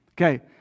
Okay